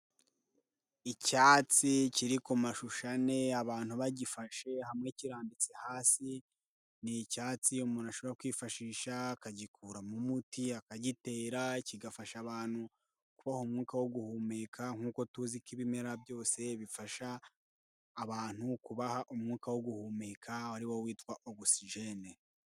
Icyatsi kiri ku mashusho ane abantu bagifashe hamwe kirambitse hasi, ni icyatsi umuntu ashobora kwifashisha akagikuramo umuti, akagitera kigafasha abantu kubaha umwuka wo guhumeka nk'uko tuzi ko ibimera byose bifasha abantu kubaha umwuka wo guhumeka, ari wo witwa ogusoijene.